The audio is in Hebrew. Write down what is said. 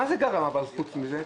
אבל מה זה גרר חוץ מזה?